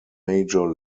major